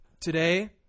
today